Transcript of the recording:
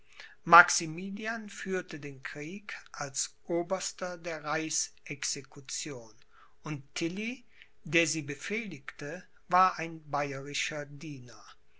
maximilian führte den krieg als oberster der reichsexecution und tilly der sie befehligte war ein bayerischer diener